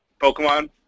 Pokemon